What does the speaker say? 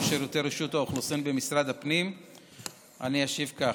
שירותי רשות האוכלוסין במשרד הפנים אני אשיב כך: